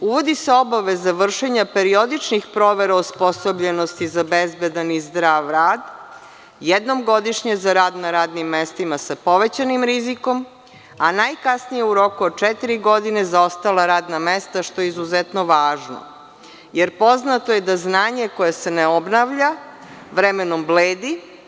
Uvodi se obaveza vršenja periodičnih provera osposobljenosti za bezbedan i zdrav rad, jednom godišnje za rad na radnim mestima sa povećanim rizikom, a najkasnije u roku od četiri godine za ostala radna mesta, što je izuzetno važno jer poznato je da znanje koje se ne obnavlja vremenom bledi.